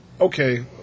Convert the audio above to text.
okay